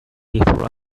before